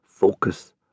Focus